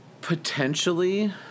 Potentially